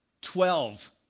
Twelve